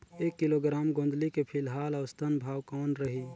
एक किलोग्राम गोंदली के फिलहाल औसतन भाव कौन रही?